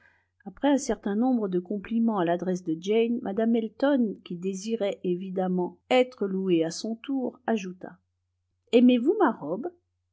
après un certain nombre de compliments à l'adresse de jane mme elton qui désirait évidemment être louée à son tour ajouta aimez-vous ma robe